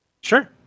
Sure